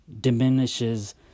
diminishes